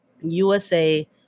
USA